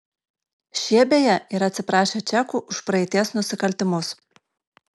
šie beje yra atsiprašę čekų už praeities nusikaltimus